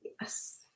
Yes